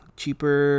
cheaper